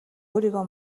өөрийгөө